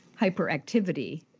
hyperactivity